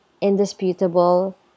indisputable